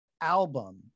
album